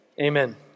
Amen